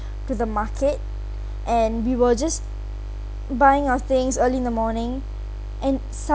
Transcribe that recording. to the market and we were just buying our things early in the morning and sud~